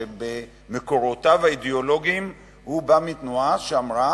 שבמקורותיו האידיאולוגיים בא מתנועה שאמרה